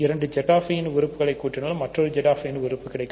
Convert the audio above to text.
இரண்டு Zi உறுப்புகளை கூட்டினாள் மற்றொருZiன் உறுப்பு கிடைக்கும்